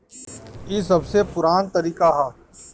ई सबसे पुरान तरीका हअ